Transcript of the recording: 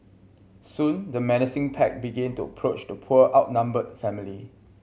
soon the menacing pack began to approach the poor outnumbered family